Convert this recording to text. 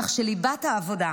כך שליבת העבודה,